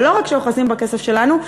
ולא רק שאוחזים בכסף שלנו,